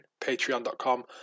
patreon.com